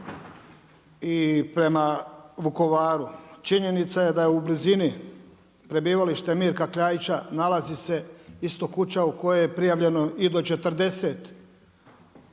i prema Vukovaru. Činjenica je da je u blizini prebivalište Mirka Kljaića, nalazi se isto kuća u kojoj je prijavljeno i do 40